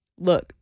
look